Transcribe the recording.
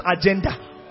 agenda